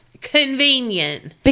Convenient